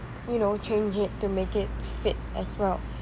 you know change it to make it fit as well